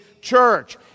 church